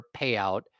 payout